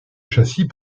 châssis